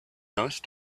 those